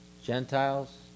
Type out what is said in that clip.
Gentiles